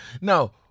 Now